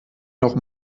noch